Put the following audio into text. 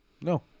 no